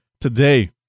today